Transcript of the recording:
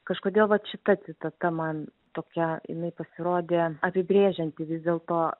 kažkodėl vat šita citata man tokia jinai pasirodė apibrėžianti vis dėlto